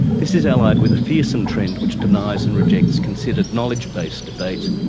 this is allied with a fearsome trend which denies and rejects considered knowledge based debate,